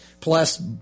plus